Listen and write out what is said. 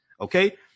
okay